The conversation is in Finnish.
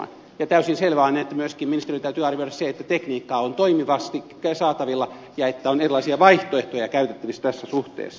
täysin selvä on että myöskin ministeriön täytyy arvioida se että tekniikkaa on toimivasti saatavilla ja että on erilaisia vaihtoehtoja käytettävissä tässä suhteessa